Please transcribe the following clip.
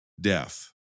death